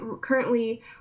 currently